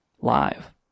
live